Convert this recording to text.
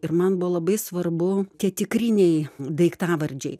ir man buvo labai svarbu tie tikriniai daiktavardžiai